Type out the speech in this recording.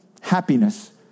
happiness